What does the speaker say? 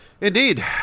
Indeed